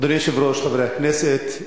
אדוני היושב-ראש, חברי הכנסת,